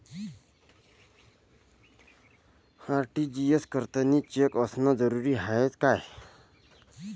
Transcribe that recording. RTGS करतांनी cheque असनं जरुरीच हाय का?